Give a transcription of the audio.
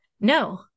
No